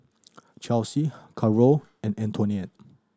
Chesley Carole and Antonette